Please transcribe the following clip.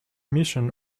mission